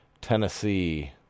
Tennessee